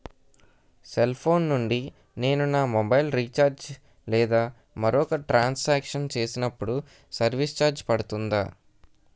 Cell phone నుండి నేను నా మొబైల్ రీఛార్జ్ లేదా మరొక ట్రాన్ సాంక్షన్ చేసినప్పుడు సర్విస్ ఛార్జ్ పడుతుందా?